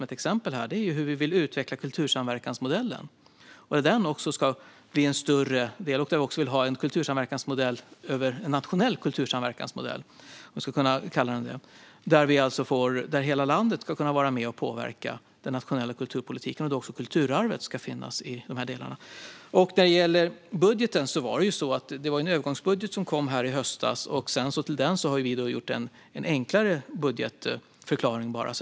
Ett exempel är hur vi vill utveckla kultursamverkansmodellen till en nationell kultursamverkansmodell. Hela landet ska alltså kunna vara med och påverka den nationella kulturpolitiken, och där ska också kulturarvet finnas med. När det gäller budgeten var det en övergångsbudget som kom i höstas. Till den har vi gjort en enklare budgetförklaring.